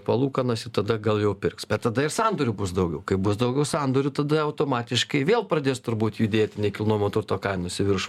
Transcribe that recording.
palūkanas ir tada gal jau pirks tada ir sandorių bus daugiau kai bus daugiau sandorių tada automatiškai vėl pradės turbūt judėti nekilnojamo turto kainos į viršų